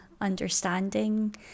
understanding